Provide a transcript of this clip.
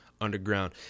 underground